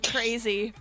Crazy